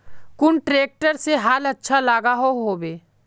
कुन ट्रैक्टर से हाल अच्छा लागोहो होबे?